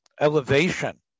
elevation